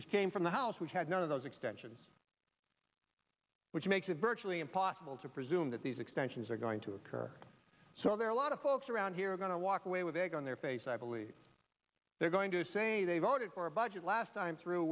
which came from the house which had none of those extensions which makes it virtually impossible to presume that these extensions are going to occur so there are a lot of folks around here are going to walk away with egg on their face i believe they're going to say they voted for a budget last time through